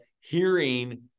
hearing